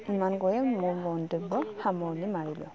ইমান কৈয়ে মোৰ মন্তব্য সামৰণি মাৰিলোঁ